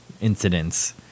incidents